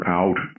out